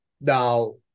Now